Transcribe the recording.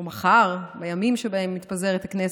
או מחר, בימים שבהם מתפזרת הכנסת,